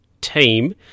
team